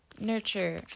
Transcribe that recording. nurture